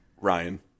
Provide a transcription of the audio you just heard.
Ryan